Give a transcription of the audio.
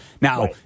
Now